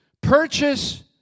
Purchase